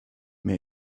mehr